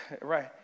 right